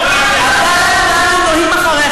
לא יודעים איך, עבדאללה, אנחנו נוהים אחריך.